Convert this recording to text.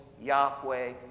Yahweh